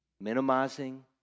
Minimizing